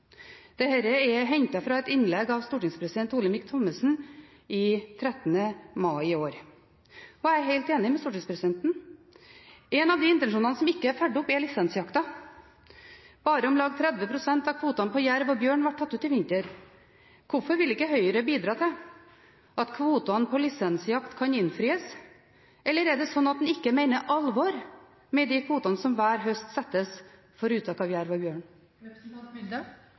Senterpartiet. Dette er hentet fra et innlegg av bl.a. stortingspresident Olemic Thommessen den 13. mai i år. Og jeg er helt enig med stortingspresidenten. En av de intensjonene som ikke er fulgt opp, er lisensjakta. Bare om lag 30 pst. av kvotene på jerv og bjørn ble tatt ut i vinter. Hvorfor vil ikke Høyre bidra til at kvotene på lisensjakt kan innfris? Eller er det slik at en ikke mener alvor med de kvotene som hver høst settes for uttak av